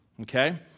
okay